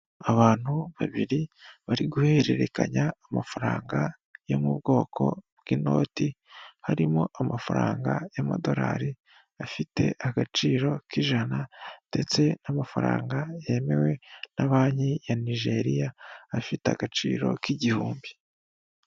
Abantu babiri bari guhererekanya amafaranga yo mu bwoko bw'inoti, harimo amafaranga y'amadorari afite agaciro k'ijana ndetse n'amafaranga yemewe na banki ya Nigeriya afite agaciro k'igihumbi.